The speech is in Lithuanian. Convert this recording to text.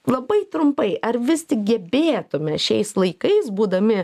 labai trumpai ar vis tik gebėtume šiais laikais būdami